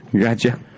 Gotcha